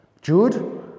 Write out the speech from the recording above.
jude